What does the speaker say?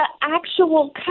actual